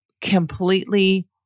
completely